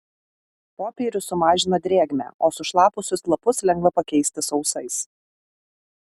popierius sumažina drėgmę o sušlapusius lapus lengva pakeisti sausais